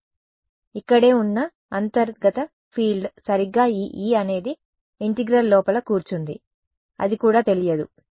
U ఇక్కడే ఉన్న అంతర్గత ఫీల్డ్ సరిగ్గా ఈ E అనేది ఇంటిగ్రల్ లోపల కూర్చుంది అది కూడా తెలియదు